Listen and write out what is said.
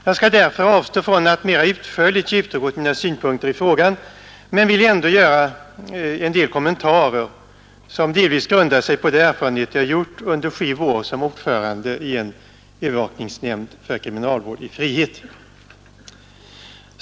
Jag skall därför avstå från att mera utförligt ge uttryck för mina synpunkter i frågan men vill ändå göra en del kommentarer som delvis grundar sig på de erfarenheter jag gjort under sju år som ordförande i en övervakningsnämnd för kriminalvård i frihet.